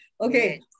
Okay